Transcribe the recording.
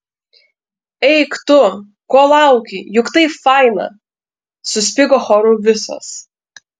eik tu ko lauki juk taip faina suspigo choru visos